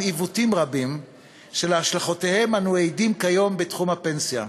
גם עיוותים רבים שלהשלכותיהם אנחנו עדים כיום בתחום הפנסיה.